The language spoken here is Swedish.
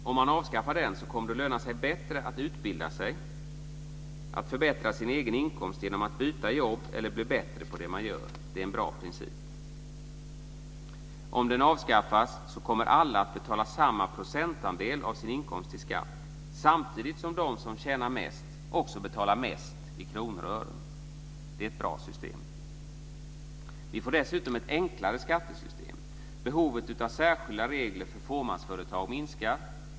· Om man avskaffar den statliga inkomstskatten kommer det att löna sig bättre att utbilda sig, att förbättra sin egen inkomst genom att byta jobb eller blir bättre på det man gör. Det är en bra princip. · Om den statliga inkomstskatten avskaffas kommer alla att betala samma procentandel av sin inkomst till skatt, samtidigt som de som tjänar mest också betalar mest i kronor och ören. Det är ett bra system. · Vi får dessutom ett enklare skattesystem. Behovet av särskilda regler för fåmansföretag minskar.